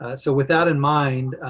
ah so with that in mind,